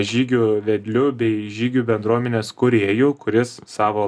žygių vedliu bei žygių bendruomenės kūrėju kuris savo